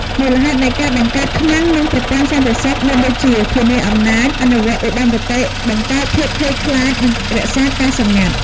មូលហេតុនៃការបង្កើត ខ្មាំង និងប្រព័ន្ធសន្តិសុខ មានដូចជា ធានាអំណាច អនុវត្តឧត្តមគតិ បង្កើតភាពភ័យខ្លាច និង រក្សាការសម្ងាត់។